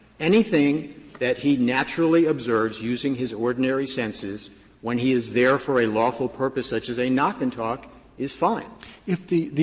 anything that he naturally observes using his ordinary senses when he is there for a lawful purpose such as a knock and talk is fine. roberts if the the